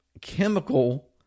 chemical